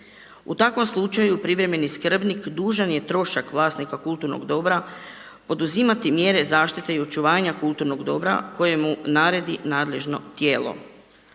U takvom slučaju privremeni skrbnik dužan je trošak vlasnika kulturnog dobra poduzimati mjere zaštite i očuvanja kulturnog dobra koje mu naredi nadležno tijelo.